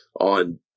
on